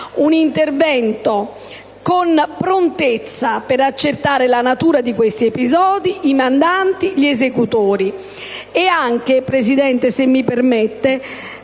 un intervento con prontezza per accertare la natura di tali episodi, i mandanti e gli esecutori. Inoltre, signor Presidente, se mi permette,